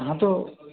हाँ तो